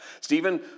Stephen